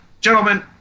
gentlemen